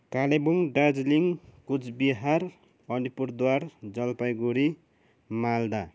Kalimpong Darjeeling Cooch Behar Alipurduar Jalpaiguri Malda